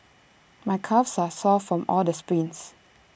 my calves are sore from all the sprints